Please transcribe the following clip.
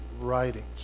writings